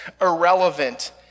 irrelevant